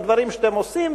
הדברים שאתם עושים.